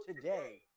today